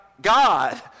God